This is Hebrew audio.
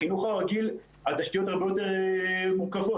בחינוך הרגיל התשתיות הרבה יותר מורכבות.